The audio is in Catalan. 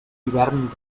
hivern